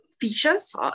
features